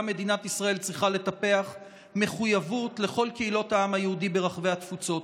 מדינת ישראל צריכה לטפח מחויבות לכל קהילות העם היהודי ברחבי התפוצות.